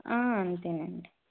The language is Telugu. అంతేనండీ